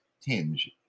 tinge